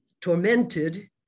tormented